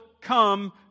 come